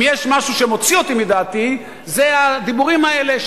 אם יש משהו שמוציא אותי מדעתי זה הדיבורים האלה,